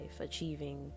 achieving